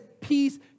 peace